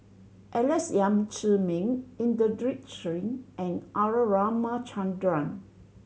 Alex Yam Ziming Inderjit Singh and R Ramachandran